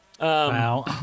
Wow